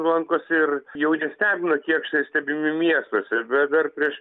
lankosi ir jau nestebina kėkštai stebimi miestuose bet dar prieš